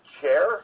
chair